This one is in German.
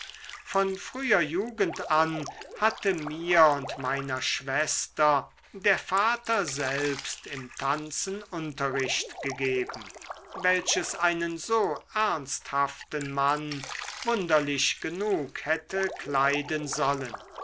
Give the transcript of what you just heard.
von früher jugend an hatte mir und meiner schwester der vater selbst im tanzen unterricht gegeben welches einen so ernsthaften mann wunderlich genug hätte kleiden sollen